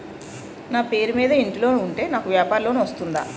నా పేరు మీద ఇంటి లోన్ ఉంటే నాకు వ్యాపార లోన్ వస్తుందా?